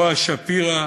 בועז שפירא,